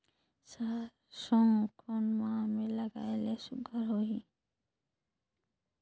सरसो कोन माह मे लगाय ले सुघ्घर होही?